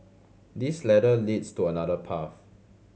this ladder leads to another path